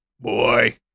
Boy